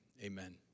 amen